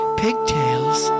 pigtails